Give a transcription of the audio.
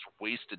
wasted